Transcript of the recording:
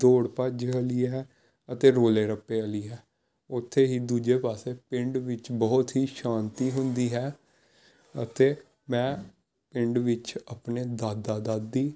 ਦੌੜ ਭੱਜ ਵਾਲੀ ਹੈ ਅਤੇ ਰੌਲੇ ਰੱਪੇ ਵਾਲੀ ਹੈ ਉੱਥੇ ਹੀ ਦੂਜੇ ਪਾਸੇ ਪਿੰਡ ਵਿੱਚ ਬਹੁਤ ਹੀ ਸ਼ਾਂਤੀ ਹੁੰਦੀ ਹੈ ਅਤੇ ਮੈਂ ਪਿੰਡ ਵਿੱਚ ਆਪਣੇ ਦਾਦਾ ਦਾਦੀ